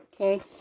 Okay